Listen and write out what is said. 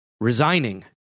resigning